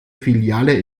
filiale